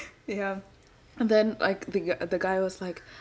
ya and then like the g~ the guy was like